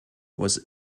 was